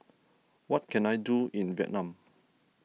what can I do in Vietnam